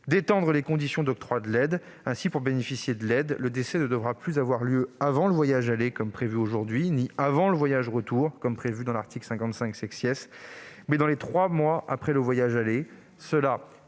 d'élargir les conditions d'octroi de l'aide. Ainsi, pour bénéficier de l'aide, le décès ne devra plus avoir lieu avant le voyage aller, comme prévu aujourd'hui, ni avant le voyage retour, comme prévu dans l'article 55 , mais dans les trois mois après le voyage aller.